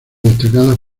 destacadas